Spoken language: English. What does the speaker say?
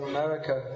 America